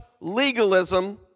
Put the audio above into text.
legalism